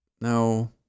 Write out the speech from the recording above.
No